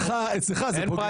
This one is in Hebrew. אצלך זה פוגע.